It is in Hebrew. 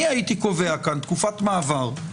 אני הייתי קובע כאן תקופת מעבר, לדוגמה: